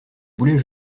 boulets